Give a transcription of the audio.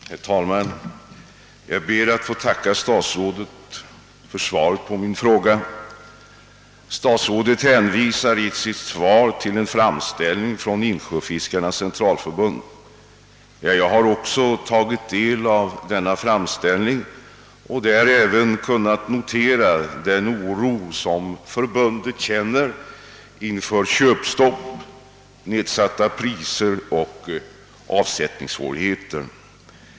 Herr talman! Jag ber att få tacka statsrådet för svaret på min fråga. Statsrådet hänvisar i sitt svar till en framställning från Svenska Insjöfiskarenas Centralförbund. Också jag har tagit del av denna framställning och där även kunnat notera den oro förbundet känner inför köpstopp, nedsatta priser och avsättningssvårigheter.